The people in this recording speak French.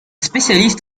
spécialiste